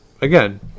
again